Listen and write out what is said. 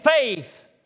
faith